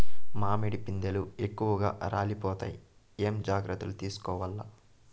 మామిడి పిందెలు ఎక్కువగా రాలిపోతాయి ఏమేం జాగ్రత్తలు తీసుకోవల్ల?